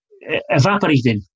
evaporated